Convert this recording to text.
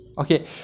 Okay